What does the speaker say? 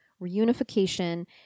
reunification